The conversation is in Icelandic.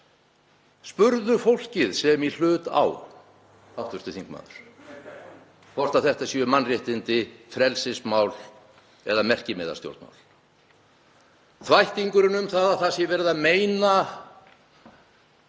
Spurðu fólkið sem í hlut á, hv. þingmaður, hvort þetta séu mannréttindi, frelsismál eða merkimiðastjórnmál. Þvættingurinn um að það sé verið að meina